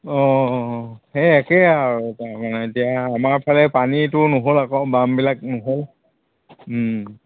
অঁ সেই একেই আৰু তাৰমানে এতিয়া আমাৰ ফালে পানীটো নহ'ল আকৌ বামবিলাক নহ'ল